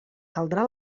caldrà